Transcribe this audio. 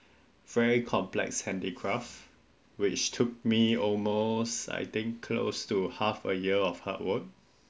very complex handicraft which took me almost I think close to half a year of hard work